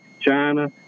China